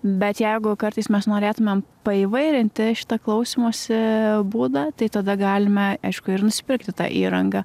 bet jeigu kartais mes norėtumėm paįvairinti šitą klausymosi būdą tai tada galime aišku ir nusipirkti tą įrangą